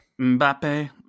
Mbappe